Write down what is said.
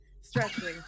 stretching